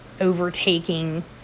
overtaking